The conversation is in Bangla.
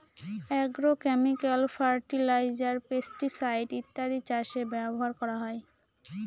আগ্রোক্যামিকাল ফার্টিলাইজার, পেস্টিসাইড ইত্যাদি চাষে ব্যবহার করা হয়